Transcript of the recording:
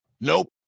Nope